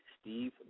Steve